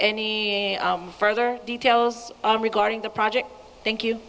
any further details regarding the project thank you